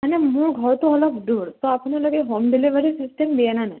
মানে মোৰ ঘৰটো অলপ দূৰ ত' আপোনালোকে হোম ডেলিভাৰী চিষ্টেম দিয়েনে নাই